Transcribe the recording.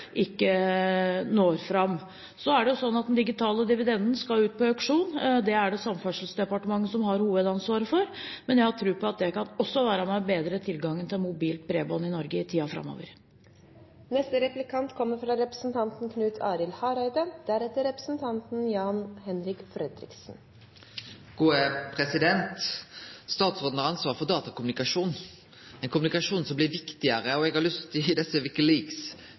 Den digitale dividenden skal ut på auksjon. Dette er det Samferdselsdepartementet som har hovedansvaret for. Jeg har tro på at også det kan være med på å bedre tilgangen til mobilt bredbånd i Norge i tiden framover.